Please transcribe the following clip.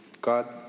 God